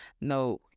no